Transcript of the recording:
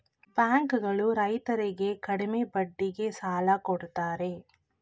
bank ಗಳು ರೈತರರ್ಗೆ ಕಡಿಮೆ ಬಡ್ಡಿಗೆ ಸಾಲ ಕೊಡ್ತಾರೆ